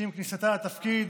שעם כניסתה לתפקיד